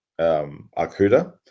Arcuda